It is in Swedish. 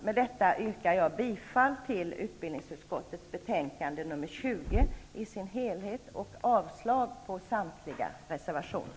Med det anförda yrkar jag bifall till hemställan i dess helhet i utbildningsutskottets betänkande 20 och avslag på samtliga reservationer.